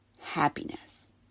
happiness